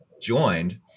joined